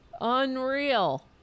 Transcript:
unreal